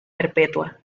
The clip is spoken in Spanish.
perpetua